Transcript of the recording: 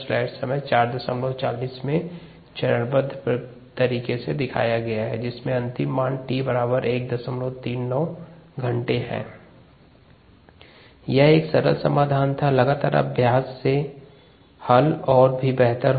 slide समय 0440 1ln xx0t 105ln 2x0x0t 105ln 2t 105 0693t139 hours यह एक सरल समाधान था और लगातार अभ्यास से हल और भी बेहतर होगा